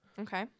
Okay